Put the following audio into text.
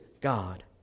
God